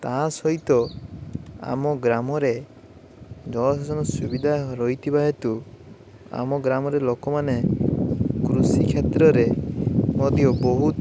ତା ସହିତ ଆମ ଗ୍ରାମରେ ଜଳ ସେଚନ ସୁବିଧା ରହିଥିବା ହେତୁ ଆମ ଗ୍ରାମରେ ଲୋକମାନେ କୃଷି କ୍ଷେତ୍ରରେ ମଧ୍ୟ ବହୁତ